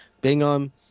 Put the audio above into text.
Bingham